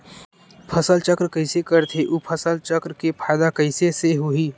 फसल चक्र कइसे करथे उ फसल चक्र के फ़ायदा कइसे से होही?